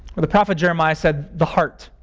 where the prophet jeremiah said, the heart,